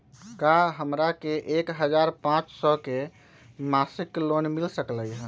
का हमरा के एक हजार पाँच सौ के मासिक लोन मिल सकलई ह?